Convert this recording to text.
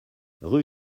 rue